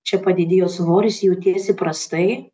čia padidėjo svoris jautiesi prastai